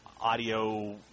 audio